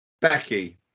Becky